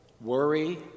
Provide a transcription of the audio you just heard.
worry